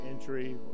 entry